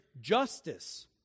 justice